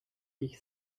dich